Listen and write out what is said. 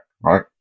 right